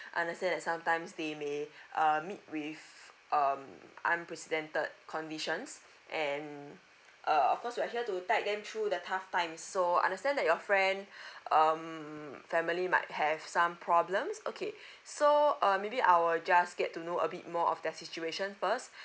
understand that sometimes they may uh meet with um unprecedented conditions and err of course we are here to guide them through the tough times so understand that your friend um family might have some problems okay so uh maybe I will just get to know a bit more of their situation first